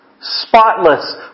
spotless